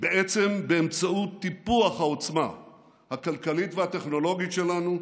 בעצם באמצעות טיפוח העוצמה הכלכלית והטכנולוגית שלנו,